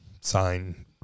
Sign